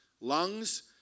lungs